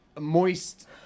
Moist